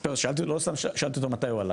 לא סתם שאלתי אותו מתי הוא עלה.